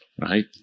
right